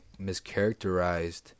mischaracterized